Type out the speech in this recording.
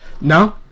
No